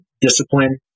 discipline